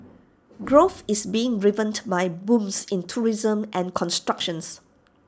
growth is being driven by booms in tourism and constructions